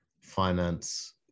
finance